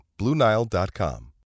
BlueNile.com